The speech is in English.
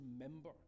remember